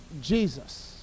Jesus